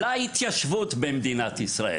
להתיישבות במדינת ישראל